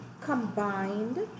combined